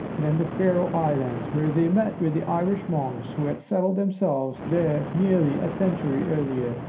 and faroe islands, where they met with the irish monks, who had settled themselves there nearly a century earlier,